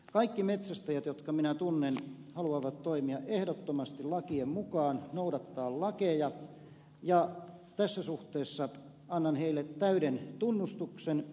kaikki metsästäjät jotka minä tunnen haluavat toimia ehdottomasti lakien mukaan noudattaa lakeja ja tässä suhteessa annan heille täyden tunnustuksen